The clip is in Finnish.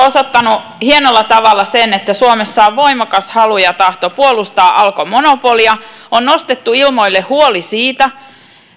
osoittanut hienolla tavalla sen että suomessa on voimakas halu ja tahto puolustaa alkon monopolia on nostettu ilmoille huoli siitä